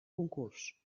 concurs